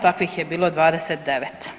Takvih je bilo 29.